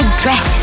dress